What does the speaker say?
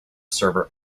server